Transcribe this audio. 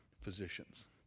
physicians